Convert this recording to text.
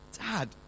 Dad